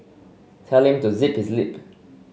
tell to zip his lip